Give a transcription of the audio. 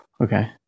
okay